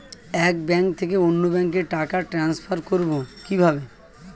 এক ব্যাংক থেকে অন্য ব্যাংকে টাকা ট্রান্সফার করবো কিভাবে?